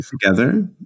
together